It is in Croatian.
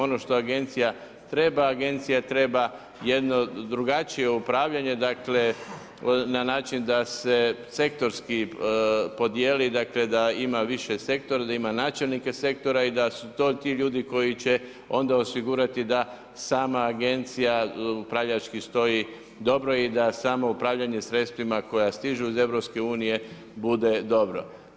Ono što agencija treba, agencija treba jedno drugačije upravljanje na način da se sektorski podijeli da ima više sektora, da ima načelnike sektora i da su to ti ljudi koji će onda osigurati da sama agencija upravljački stoji dobro i da samo upravljanje sredstvima koja stižu iz EU bude dobro.